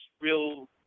real